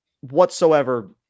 whatsoever